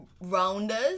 rounders